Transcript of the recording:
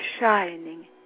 shining